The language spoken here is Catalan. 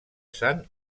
sant